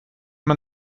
man